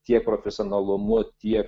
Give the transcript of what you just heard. tiek profesionalumu tiek